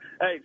Hey